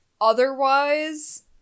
Otherwise